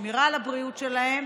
ושמירה על הבריאות שלהם,